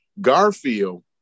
garfield